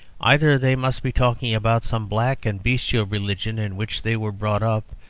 either they must be talking about some black and bestial religion in which they were brought up,